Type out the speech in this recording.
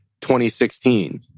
2016